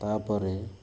ତା'ପରେ